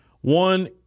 one